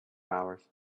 hours